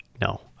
no